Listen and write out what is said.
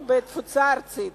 בתפוצה ארצית.